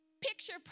Picture